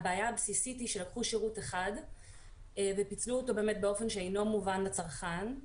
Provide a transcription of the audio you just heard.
הבעיה הבסיסית היא שלקחו שירות אחד ופיצלו אותו באופן שאינו מובן לצרכן.